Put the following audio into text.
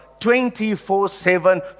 24-7